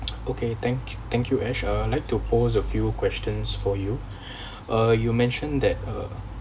okay thank you thank you ash I'd like to pose a few questions for you uh you mentioned that uh